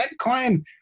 Bitcoin